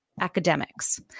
academics